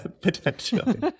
Potentially